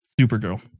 Supergirl